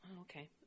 okay